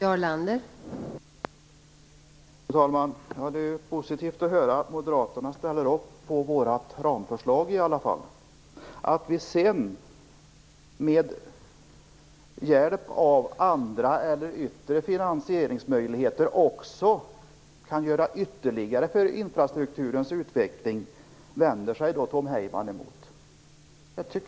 Fru talman! Det är positivt att höra att Moderaterna i alla fall ställer upp på vårt ramförslag. Att vi sedan, med hjälp av andra eller yttre finansieringsmöjligheter, också kan göra ytterligare för infrastrukturens utveckling vänder sig däremot Tom Heyman emot.